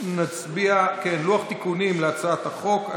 לוח תיקונים להצעת החוק.